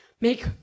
Make